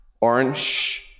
Orange